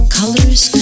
colors